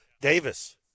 Davis